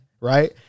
right